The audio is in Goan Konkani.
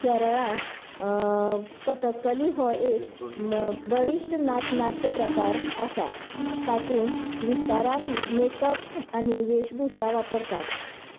केरळांत कथककली हो एक बळीश्ट नाच नाट्य प्रकार आसा तातूंत विस्तारान मेकअप आनी वेशभुशा वापरतात